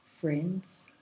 friends